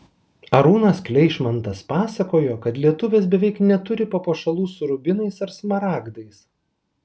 arūnas kleišmantas pasakojo kad lietuvės beveik neturi papuošalų su rubinais ar smaragdais